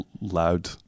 loud